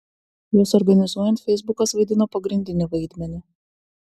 juos organizuojant feisbukas vaidino pagrindinį vaidmenį